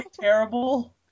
terrible